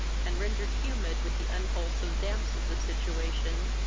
and rendered humid with the unwholsome damps of the situation,